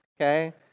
Okay